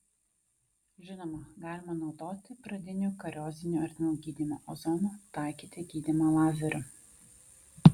žinoma galima naudoti pradinių kariozinių ertmių gydymą ozonu taikyti gydymą lazeriu